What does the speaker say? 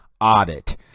audit